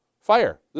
Fire